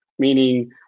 meaning